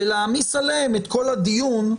ולהעמיס עליהם את כל הדיון.